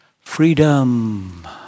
freedom